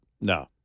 No